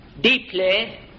deeply